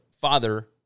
father